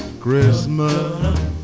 Christmas